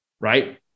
right